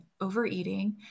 overeating